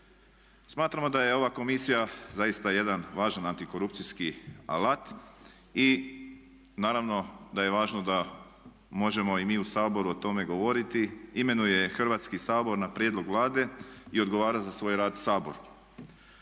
Smatramo da je ova Komisija zaista jedan važan antikorupcijski alat i naravno da je važno da možemo i mi u Saboru o tome govoriti. Imenuje je Hrvatski sabor na prijedlog Vlade i odgovara za svoj rad Saboru.